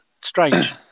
strange